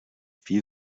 few